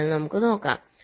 അതിനാൽ നമുക്ക് നോക്കാം